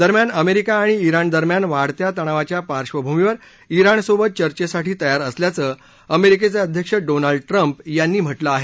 दरम्यान अमेरिका आणि ज्ञिण दरम्यान वाढत्या तणावाच्या पार्वभूमीवर ज्ञिण सोबत चर्चेसाठी तयार असल्याचं अमेरीकेचे अध्यक्ष डोनाल्ड ट्रम्प यांनी म्हटलं आहे